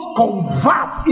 convert